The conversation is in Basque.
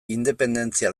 independentzia